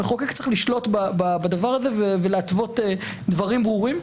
המחוקק צריך לשלוט על הדבר הזה ולהתוות דברים ברורים,